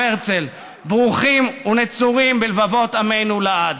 הרצל ברוכים ונצורים בלבבות עמנו לעד.